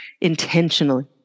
intentionally